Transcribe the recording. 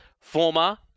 former